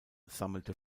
sammelte